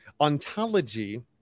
ontology